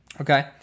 okay